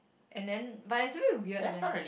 and then but it's a bit weird leh